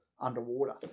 underwater